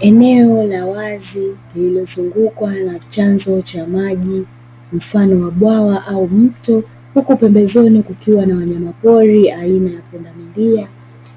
Eneo la wazi lililozungukwa na chanzo cha maji mfano wa bwawa au mto, huku pembezoni kukiwa na wanyamapori aina ya pundamilia,